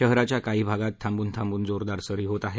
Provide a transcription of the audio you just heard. शहराच्या काही भागात थांबून थांबून जोरदार सरी होत आहेत